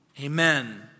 Amen